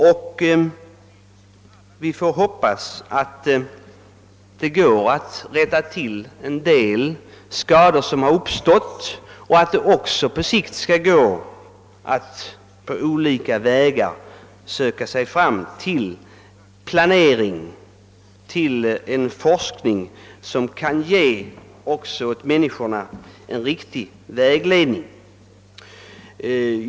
Vi får väl hoppas att det går att rätta till de skador som uppstått och att det också på sikt skall gå att på olika vägar söka sig fram till planering och forskning som kan ge människorna en riktig vägledning.